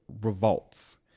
revolts